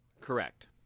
Correct